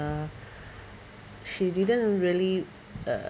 uh she didn't really uh